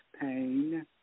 pain